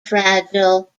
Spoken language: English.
fragile